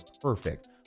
perfect